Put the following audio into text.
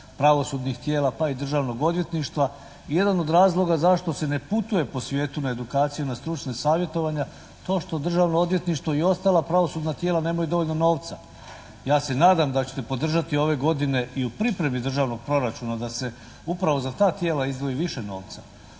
pravosudnih tijela pa i Državnog odvjetništva i jedan od razloga zašto se ne putuje po svijetu na edukacije na stručna savjetovanja to što Državno odvjetništvo i ostala pravosudna tijela nemaju dovoljno novca. Ja se nadam da ćete podržati ove godine i u pripremi državnog proračuna da se upravo za ta tijela izdvoji više novca,